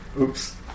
Oops